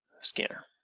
scanner